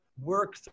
work